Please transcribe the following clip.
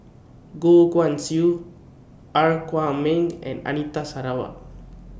Goh Guan Siew Er Kwong Wah and Anita Sarawak